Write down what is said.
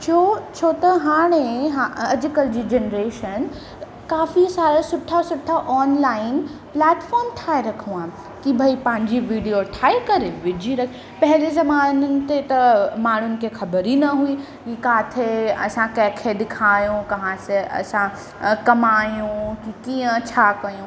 छो छो त हाणे हा अॼुकल्ह जी जनरेशन काफ़ी सारा सुठा सुठा ऑनलाइन प्लैटफॉम ठाहे रखियो आहे कि भई पंहिंजी विडियो ठाहे करे विझी रख पहिरें ज़माननि ते त माण्हुनि खे ख़बर ई न हुई किथे असां कंहिंखे ॾेखारियूं कहां से असां कमायूं कि कीअं छा कयूं